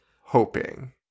hoping